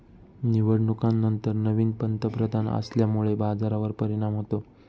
निवडणुकांनंतर नवीन पंतप्रधान आल्यामुळे बाजारावर परिणाम होतो